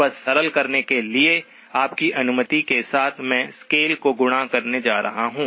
बस सरल करने के लिए आपकी अनुमति के साथ मैं स्केल को गुणा करने जा रहा हूं